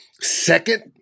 Second